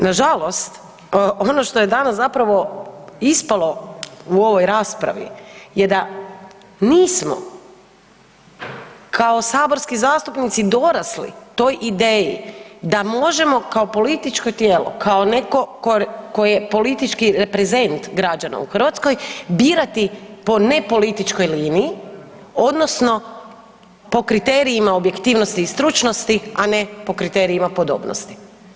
Na žalost ono što je danas zapravo ispalo u ovoj raspravi je da nismo kao saborski zastupnici dorasli toj ideji da možemo kao političko tijelo, kao netko tko je politički reprezent građana u Hrvatskoj birati po nepolitičkoj liniji, odnosno po kriterijima objektivnosti i stručnosti, a ne po kriterijima podobnosti.